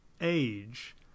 age